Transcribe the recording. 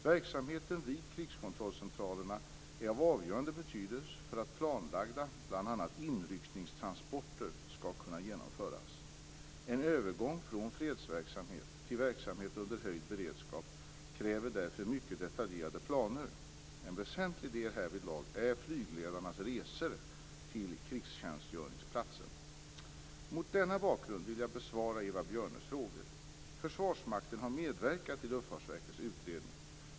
Verksamheten vid krigskontrollcentralerna är av avgörande betydelse för att planlagda bl.a. inryckningstransporter skall kunna genomföras. En övergång från fredsverksamhet till verksamhet under höjd beredskap kräver därför mycket detaljerade planer. En väsentlig del härvidlag är flygledarnas resor till krigstjänstgöringsplatsen. Mot denna bakgrund vill jag besvara Eva Björnes frågor. Försvarsmakten har medverkat i Luftfartsverkets utredning.